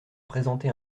présenté